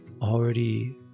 already